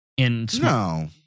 No